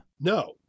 No